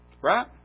Right